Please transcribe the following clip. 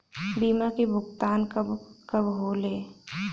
बीमा के भुगतान कब कब होले?